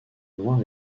noir